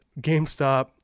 GameStop